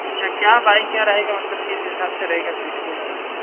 अच्छा क्या बाय क्या रहेगा मतलब किस हिसाब से रहेगा पेट के हिसाब से